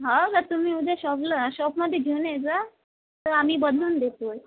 हो का तुम्ही उद्या शॉपला शॉपमध्ये घेऊन ये जा तर आम्ही बदलून देतो आहे